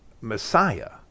Messiah